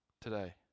today